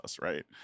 right